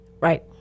Right